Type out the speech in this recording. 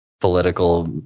political